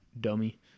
dummy